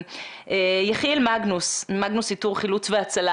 יחיאל מגנוס, מגנוס איתור חילוץ והצלה.